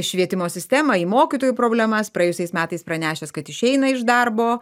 švietimo sistemą į mokytojų problemas praėjusiais metais pranešęs kad išeina iš darbo